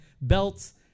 belts